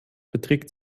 beträgt